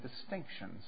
distinctions